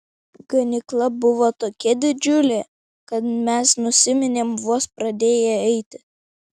ganykla buvo tokia didžiulė kad mes nusiminėm vos pradėję eiti